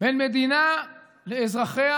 בין מדינה לאזרחיה